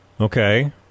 Okay